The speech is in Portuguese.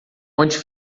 onde